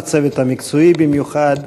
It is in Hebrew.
לצוות המקצועי במיוחד,